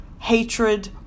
hatred